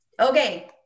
Okay